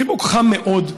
חיבוק חם מאוד,